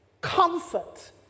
comfort